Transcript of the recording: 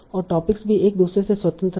और टॉपिक्स भी एक दूसरे से स्वतंत्र हैं